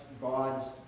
God's